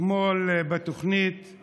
אתמול בתוכנית היא